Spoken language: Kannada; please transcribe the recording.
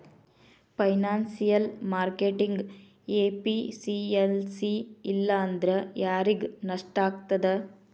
ಫೈನಾನ್ಸಿಯಲ್ ಮಾರ್ಕೆಟಿಂಗ್ ಎಫಿಸಿಯನ್ಸಿ ಇಲ್ಲಾಂದ್ರ ಯಾರಿಗ್ ನಷ್ಟಾಗ್ತದ?